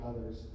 others